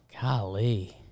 golly